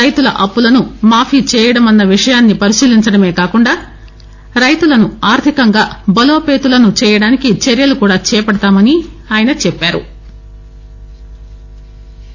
రైతుల అప్పులను మాఫీ చేయడమన్న విషయాన్నీ పరిశీలించడమే కాకుండా రైతులను ఆర్గికంగా బలోపేతులను చేయడానికి చర్యలు కూడా చేపడతామని చెప్సారు